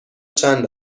چند